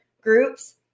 groups